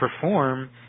perform